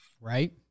right